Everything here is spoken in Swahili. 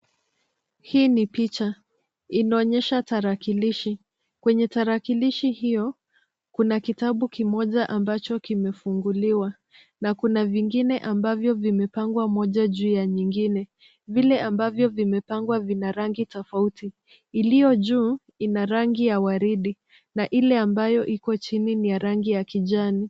Hii ni picha inaonyesha tarakilishi kwenye tarakilishi hiyo kuna kitabu kimoja ambacho kimefuguliwa na kuna vingine ambavyo vimepagwa moja juu ya nyengine vile ambavyo vimepagwa zinarangi tofauti ,iliyojuu inarangi ya waridi na ile ambayo iko chini ni ya rangi ya kijani.